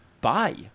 Bye